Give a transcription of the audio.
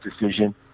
decision